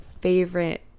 favorite